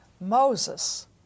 Moses